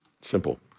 Simple